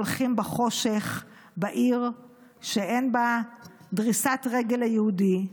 והולכים בחושך בעיר שאין בה דריסת רגל ליהודי,